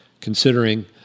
considering